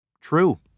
True